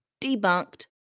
debunked